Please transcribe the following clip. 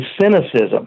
cynicism